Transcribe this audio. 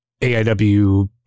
AIW